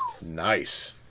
Nice